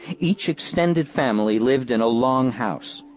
each extended family lived in a long house.